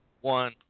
One